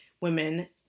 women